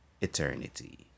eternity